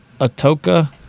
Atoka